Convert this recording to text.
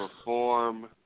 perform